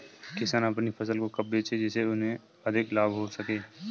किसान अपनी फसल को कब बेचे जिसे उन्हें अधिक लाभ हो सके?